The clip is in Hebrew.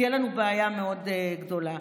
תהיה לנו בעיה מאוד גדולה.